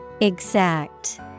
exact